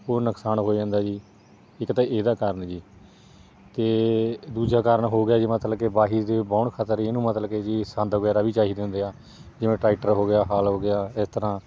ਉਹ ਨੁਕਸਾਨ ਹੋ ਜਾਂਦਾ ਜੀ ਇੱਕ ਤਾਂ ਇਹਦਾ ਕਾਰਣ ਜੀ ਅਤੇ ਦੂਜਾ ਕਾਰਣ ਹੋ ਗਿਆ ਜੀ ਮਤਲਬ ਕੇ ਵਾਹੀ ਦੇ ਵਾਹੁਣ ਖਾਤਰ ਇਹਨੂੰ ਮਤਲਬ ਕੇ ਜੀ ਸੰਦ ਵਗੈਰਾ ਵੀ ਚਾਹੀਦੇ ਹੁੰਦੇ ਆ ਜਿਵੇਂ ਟਰੈਕਟਰ ਹੋ ਗਿਆ ਹਲ਼ ਹੋ ਗਿਆ ਇਸ ਤਰ੍ਹਾਂ